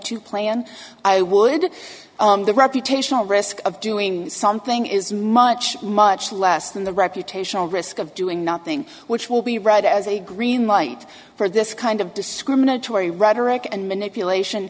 to plan i would on the reputational risk of doing something is much much less than the reputational risk of doing nothing which will be read as a green light for this kind of discriminatory rhetoric and manipulation